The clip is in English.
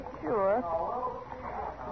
Sure